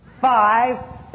five